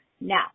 Now